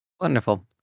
Wonderful